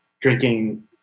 drinking